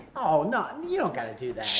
oh not, you don't gotta do that.